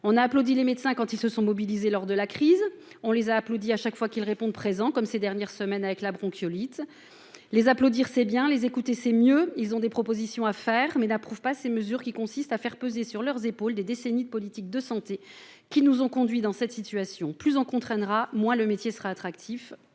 On a applaudi les médecins lorsqu'ils se sont mobilisés pendant la crise ; on les applaudit chaque fois qu'ils répondent présent, comme ces dernières semaines avec l'épidémie de bronchiolite. Les applaudir, c'est bien ; les écouter, c'est mieux. Ils ont des propositions à faire, mais n'approuvent pas ces mesures qui consistent à faire peser sur leurs épaules des décennies de politiques de santé qui nous ont conduits dans cette situation. Plus on contraindra, moins le métier sera attractif.